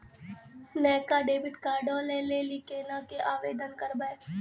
नयका डेबिट कार्डो लै लेली केना के आवेदन करबै?